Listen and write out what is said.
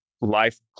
life